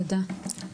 תודה.